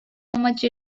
much